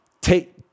take